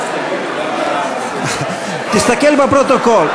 תסתכל בפרוטוקול.